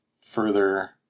further